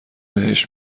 بهش